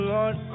Lord